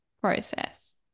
process